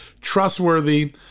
trustworthy